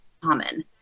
common